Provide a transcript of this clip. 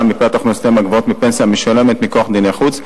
מפאת הכנסותיהם הגבוהות מפנסיה המשולמת מכוח דיני חוץ,